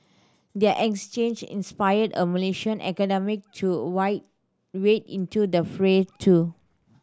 their exchange inspired a Malaysian academic to wide wade into the fray too